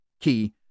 key